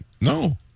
No